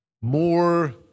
more